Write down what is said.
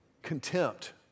Contempt